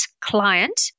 client